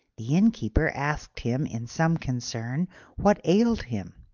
the innkeeper asked him in some concern what ailed him.